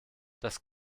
das